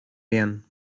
bien